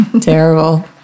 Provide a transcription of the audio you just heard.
Terrible